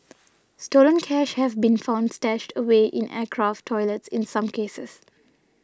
stolen cash have been found stashed away in aircraft toilets in some cases